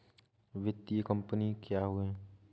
वित्तीय कम्पनी क्या है?